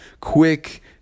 quick